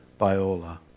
Biola